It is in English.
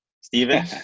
steven